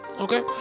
okay